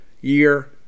year